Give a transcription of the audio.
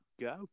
Go